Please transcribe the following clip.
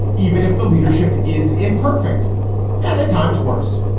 even if the leadership is imperfect and at times worse.